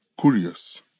Curious